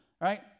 right